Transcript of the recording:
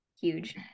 huge